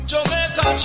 Jamaica